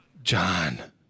John